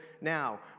now